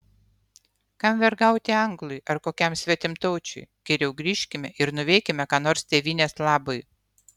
kam vergauti anglui ar kokiam svetimtaučiui geriau grįžkime ir nuveikime ką nors tėvynės labui